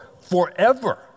forever